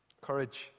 Courage